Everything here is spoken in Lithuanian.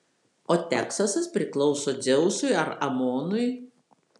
o teksasas priklauso dzeusui ar amonui